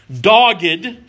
dogged